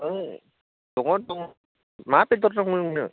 औ दङ दङ मा बेदर नांगौ नोंनो